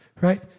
Right